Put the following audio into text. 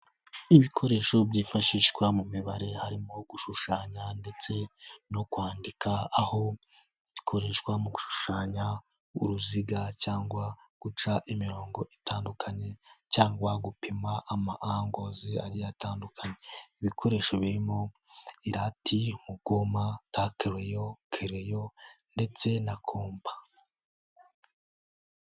Ibikoresho byifashishwa mu mibare harimo gushushanya ndetse no kwandika, aho bikoreshwa mu gushushanya uruziga cyangwa guca imirongo itandukanye cyangwa gupima ama angozi agiye atandukanye ibikoresho birimo: irati, amagoma, takeleyo, keleyo ndetse na kompa.